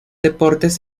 deportes